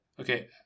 Okay